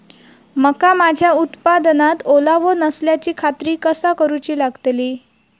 मका माझ्या उत्पादनात ओलावो नसल्याची खात्री कसा करुची लागतली?